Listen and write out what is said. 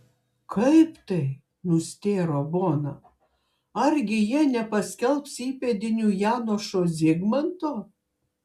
kaip tai nustėro bona argi jie nepaskelbs įpėdiniu janošo zigmanto